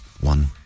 one